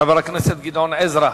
חבר הכנסת גדעון עזרא,